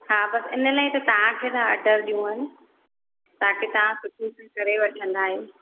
हा बसि इनलाइ त तव्हांखे था ऑर्डर ॾियूंव न ताकी तव्हां सुठे सां करे वठंदा आहियो